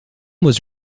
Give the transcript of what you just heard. was